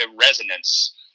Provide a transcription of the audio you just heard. resonance